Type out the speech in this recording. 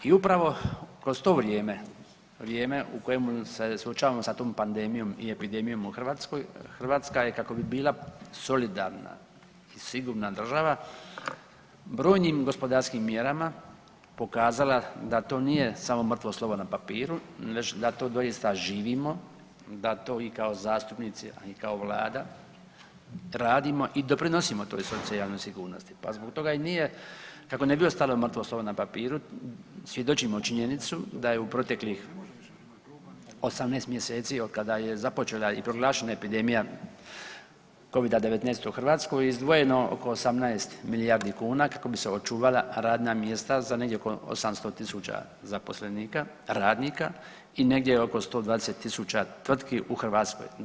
I upravo kroz to vrijeme, vrijeme u kojemu se suočavamo sa tom pandemijom i epidemijom u Hrvatskoj, Hrvatska je, kako bi bila solidarna i sigurna država, brojnim gospodarskim mjerama pokazala da to nije samo mrtvo slovo na papiru, već da to doista i živimo, da to i kao zastupnici, a i kao Vlada radimo i doprinosimo toj socijalnoj sigurnosti, pa zbog toga i nije, kako ne bi ostalo mrtvo slovo na papiru, svjedočimo činjenicu da je u proteklih 18 mjeseci, otkada je započela i proglašena epidemija Covida-19 u Hrvatskoj, izdvojeno oko 18 milijardi kuna kako bi se očuvala radna mjesta za negdje oko 800 tisuća zaposlenika, radnika i negdje oko 120 tisuća tvrtki u Hrvatskoj.